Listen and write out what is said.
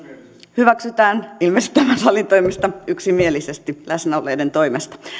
hyväksytään ilmeisesti tämän salin toimesta yksimielisesti läsnä olevien toimesta